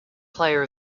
player